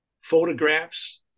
photographs